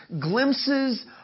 Glimpses